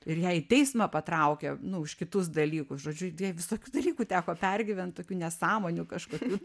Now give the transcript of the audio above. ir ją į teismą patraukė nu už kitus dalykus žodžiu visokių dalykų teko pergyvent tokių nesąmonių kažkokių